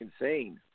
insane